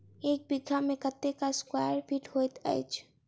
एक बीघा मे कत्ते स्क्वायर फीट होइत अछि?